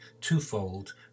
twofold